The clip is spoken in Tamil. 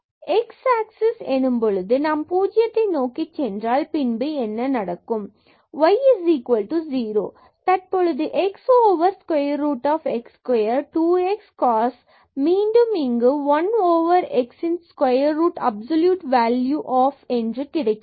x axis போது நாம் பூஜ்ஜியத்தை நோக்கிச் சென்றால் பின்பு என்ன நடக்கும் y 0 தற்பொழுது x the square root of x square 2 x மற்றும் cos மீண்டும் இங்கு 1 over xன் square absolute value of